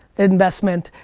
investment,